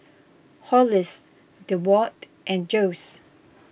Hollis Deward and Jose